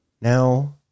Now